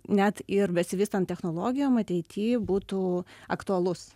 net ir besivystant technologijom ateity būtų aktualus